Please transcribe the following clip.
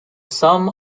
some